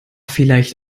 vielleicht